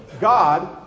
God